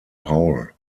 paul